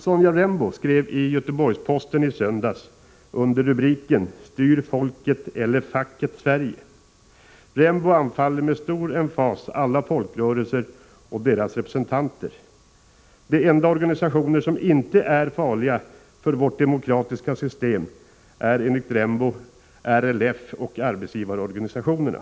Sonja Rembo skrev i Göteborgs-Posten i söndags en artikel under rubriken ”Styr folket eller facket Sverige”. Sonja Rembo anfaller där med stor emfas alla folkrörelser och deras representanter. De enda organisationer som inte är farliga för vårt demokratiska system är, enligt Sonja Rembo, LRF och arbetsgivarorganisationerna.